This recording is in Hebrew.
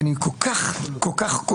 אני כל כך כואב.